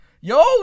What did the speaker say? Yo